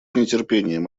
нетерпением